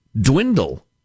Dwindle